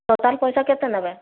total ପଇସା କେତେ ନେବେ